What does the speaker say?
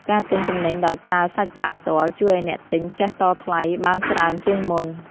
ការទិញទំនិញដោយប្រើសាច់ប្រាក់ផ្ទាល់ ជួយឱ្យអ្នកទិញចេះតថ្លៃបានច្រើនជាងមុន។